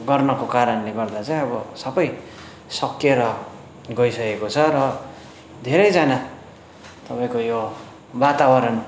गर्नको कारणले गर्दा चाहिँ अब सबै सकिएर गइसकेको छ र धेरैजना तपाईँको यो वातावरण